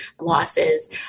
losses